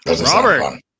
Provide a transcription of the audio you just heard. Robert